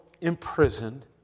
imprisoned